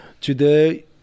today